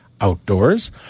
outdoors